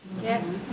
Yes